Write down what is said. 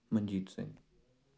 Manjeet Singh